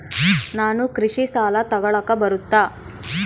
ನಾನು ಕೃಷಿ ಸಾಲ ತಗಳಕ ಬರುತ್ತಾ?